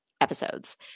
episodes